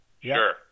Sure